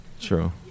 True